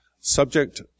subject